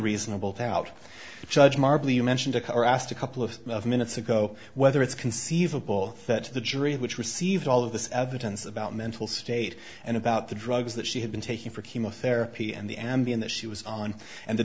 reasonable doubt judge marvel you mentioned a car asked a couple of minutes ago whether it's conceivable that the jury which received all of this evidence about mental state and about the drugs that she had been taking for chemotherapy and the ambien that she was on and the